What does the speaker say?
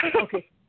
Okay